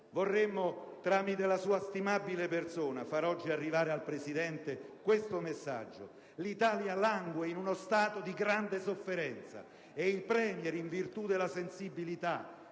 Ministro, tramite la sua stimabile persona vorremmo far oggi arrivare al Presidente questo messaggio: l'Italia langue in uno stato di grande sofferenza e il Premier, in virtù della sensibilità,